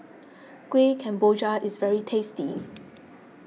Kuih Kemboja is very tasty